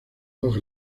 dos